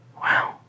Wow